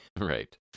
Right